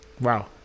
Wow